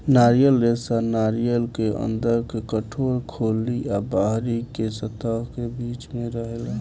coir रेशा नारियर के अंदर के कठोर खोली आ बाहरी के सतह के बीच में रहेला